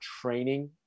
training